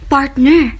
Partner